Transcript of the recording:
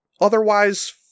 otherwise